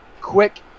quick